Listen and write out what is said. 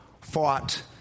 fought